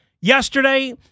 yesterday